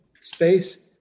space